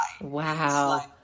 Wow